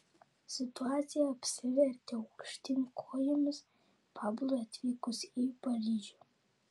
situacija apsivertė aukštyn kojomis pablui atvykus į paryžių